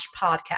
podcast